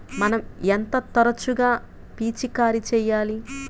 మనం ఎంత తరచుగా పిచికారీ చేయాలి?